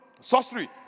sorcery